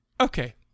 okay